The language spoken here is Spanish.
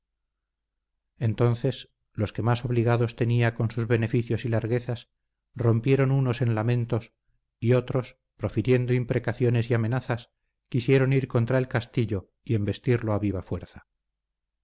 entonces los que más obligados tenía con sus beneficios y larguezas rompieron unos en lamentos y otros profiriendo imprecaciones y amenazas quisieron ir contra el castillo y embestirlo a viva fuerza